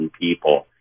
people